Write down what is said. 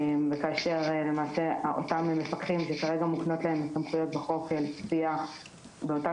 כאשר למעשה אותם מפקחים שכרגע מוקנות להם סמכויות בחוק לצפייה באותן